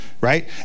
right